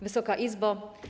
Wysoka Izbo!